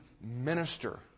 minister